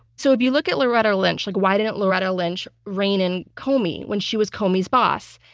so if you look at loretta lynch, like why didn't loretta lynch rein in comey when she was comey's boss?